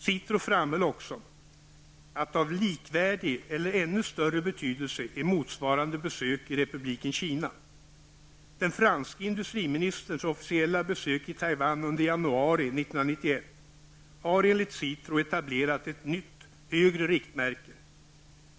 SITRO framhöll också, att av likvärdig eller ännu större betydelse är motsvarande besök i Republiken Kina. etablerat ett nytt, högre riktmärke.